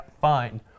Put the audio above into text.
fine